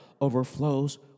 overflows